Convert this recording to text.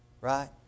right